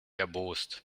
erbost